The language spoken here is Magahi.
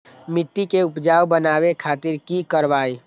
मिट्टी के उपजाऊ बनावे खातिर की करवाई?